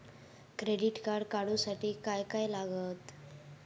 Credit card काढूसाठी काय काय लागत?